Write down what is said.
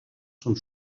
són